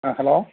ആ ഹലോ